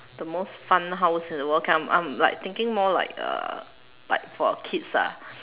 the most fun house in the world okay I'm like thinking more like uh like for kids ah